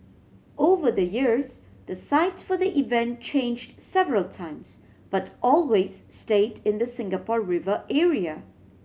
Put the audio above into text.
over the years the site for the event changed several times but always stayed in the Singapore River area